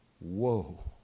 whoa